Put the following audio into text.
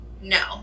No